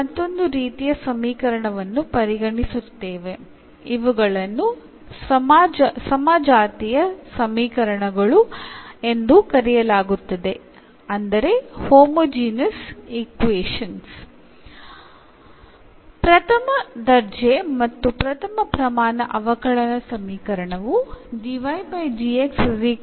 ഇനി നമ്മൾ പരിഗണിക്കുന്നത് ഏകതാന സമവാക്യങ്ങൾ അതായത് ഹോമോജീനിയസ് എന്ന് വിളിക്കുന്ന മറ്റൊരു തരം സമവാക്യങ്ങളെ ആണ്